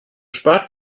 spart